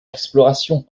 exploration